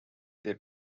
their